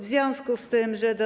W związku z tym, że do.